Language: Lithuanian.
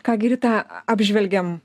ką gi rita apžvelgėm